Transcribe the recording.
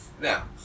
Now